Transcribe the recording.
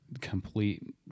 complete